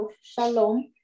Shalom